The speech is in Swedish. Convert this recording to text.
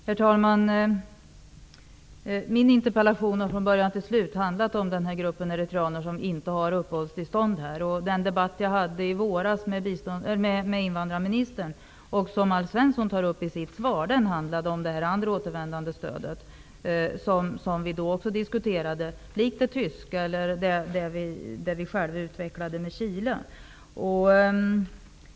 Herr talman! Min interpellation har från början till slut handlat om den grupp eritreaner som inte har uppehållstillstånd. Den debatt jag hade i våras med invandrarministern och som Alf Svensson tar upp i sitt svar handlade om återvändandestödet, likt det tyska stödet eller det som vi utvecklade med Chile.